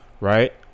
right